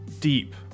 deep